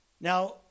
Now